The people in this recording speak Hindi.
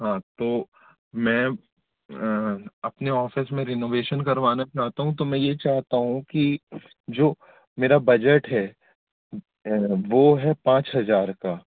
हाँ तो मैं अपने ऑफिस में रेनोवेशन करवाना चाहता हूँ तो मैं ये चाहता हूँ कि जो मेरा बजट है वो है पाँच हज़ार का